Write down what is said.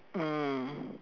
mm